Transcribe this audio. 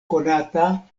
konata